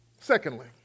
Secondly